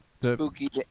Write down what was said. Spooky